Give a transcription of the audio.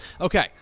Okay